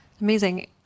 Amazing